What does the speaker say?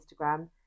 Instagram